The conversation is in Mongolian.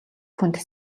хүнд